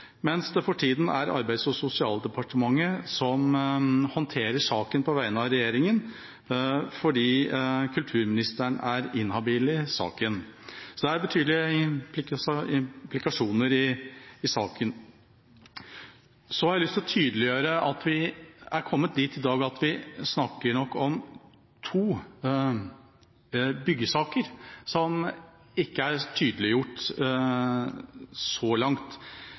mens det for tida er Arbeids- og sosialdepartementet som håndterer saken på vegne av regjeringa fordi kulturministeren er inhabil i saken. Så det er betydelige implikasjoner i saken. Jeg har lyst til å tydeliggjøre at vi er kommet dit i dag at vi snakker om to byggesaker, som ikke er tydeliggjort så langt.